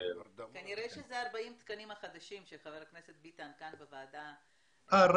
כנראה שאלה 40 התקנים החדשים שחבר הכנסת ביטן כאן בוועדה טיפל בהם.